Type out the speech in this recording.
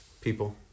People